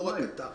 לא רק אתה.